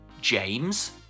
James